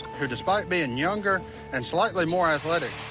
who, despite being younger and slightly more athletic,